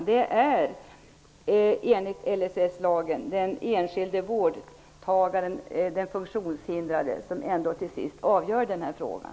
Det är enligt LSS-lagen den enskilde vårdtagaren, den funktionshindrade, som till sist avgör den här frågan.